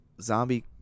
zombie